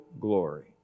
glory